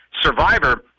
survivor